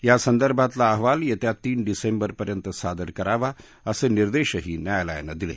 यासंदर्भातला अहवाल येत्या तीन डिसेंबर पर्यंत सादर करावा असे निर्देशही न्यायालयानं दिले